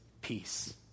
peace